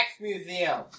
museum